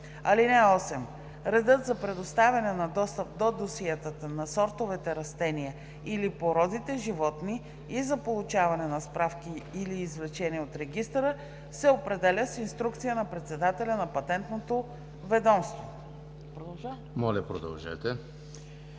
(8) Редът за предоставяне на достъп до досиетата на сортовете растения или породите животни и за получаване на справки или извлечения от регистъра се определя с инструкция на председателя на Патентното ведомство.“ Комисията подкрепя